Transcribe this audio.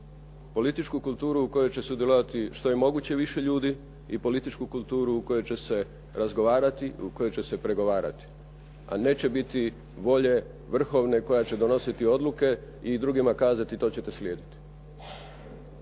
političku kulturu u kojoj će sudjelovati što je moguće više ljudi i političku kulturu u kojoj će se razgovarati i u kojoj će se pregovarati. A neće biti volje vrhovne koja će donositi odluke i drugima kazati to ćete slijediti.